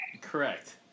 Correct